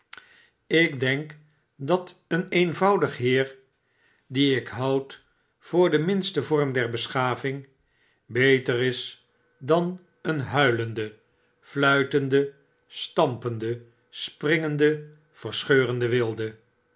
ik denk dat een eenvoudig heer dien ik houd voor den minsten vorm der beschaving beter is dan een huilende fluitende stamjjende springende verscheurende wilde